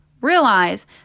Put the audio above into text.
Realize